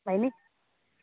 भयो नि